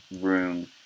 room